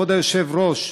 כבוד היושב-ראש,